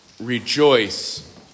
rejoice